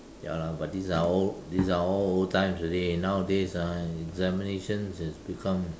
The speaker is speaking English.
ya lah but these are all these are all old times already nowadays ah examinations has become